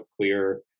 clear